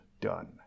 done